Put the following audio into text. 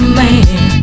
man